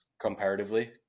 Comparatively